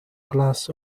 glass